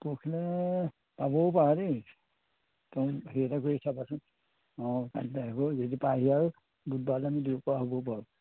পৰষিলৈ পাবও পাৰা দেই কাৰণ হেৰি এটা কৰি চাবাচোন অঁ যদি পায়হি আৰু বুধবাৰলৈ আমি দিব পৰা হ'বও পাৰে